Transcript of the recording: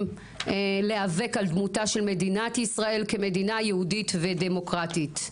להיאבק על דמותה של מדינת ישראל כמדינה יהודית ודמוקרטית.